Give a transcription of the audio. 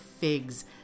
FIGS